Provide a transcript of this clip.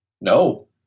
no